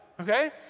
okay